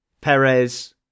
Perez